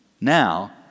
Now